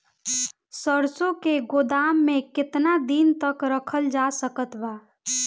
सरसों के गोदाम में केतना दिन तक रखल जा सकत बा?